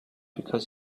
because